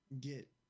get